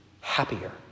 happier